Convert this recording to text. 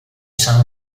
san